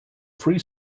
free